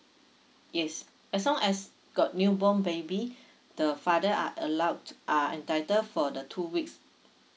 yes as long as got new born baby the father are allowed t~ are entitled for the two weeks